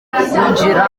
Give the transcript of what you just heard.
zinjira